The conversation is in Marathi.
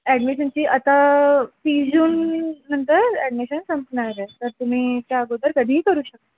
ॲडमिशनची आता फी जूननंतर ॲडमिशन संपणार आहे तर तुम्ही त्या अगोदर कधीही करू शक